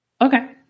Okay